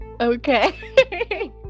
Okay